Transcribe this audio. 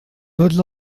tots